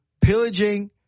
pillaging